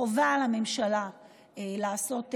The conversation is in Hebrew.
חובה על הממשלה לעשות שינוי,